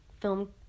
film